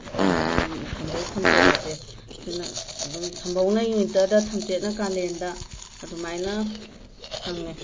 ꯊꯝ ꯊꯝꯕꯧ ꯊꯝꯆꯦꯠ ꯑꯁꯤ ꯁꯤꯅ ꯑꯗꯨꯝ ꯊꯝꯕꯧꯅ ꯋꯤꯟꯇꯔꯗ ꯊꯝꯆꯦꯠꯅ ꯀꯥꯂꯦꯟꯗ ꯑꯗꯨꯃꯥꯏꯅ ꯐꯪꯉꯤ